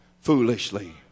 foolishly